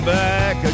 back